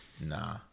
Nah